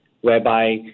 whereby